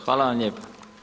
Hvala vam lijepa.